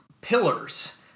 pillars